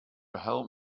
help